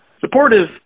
supportive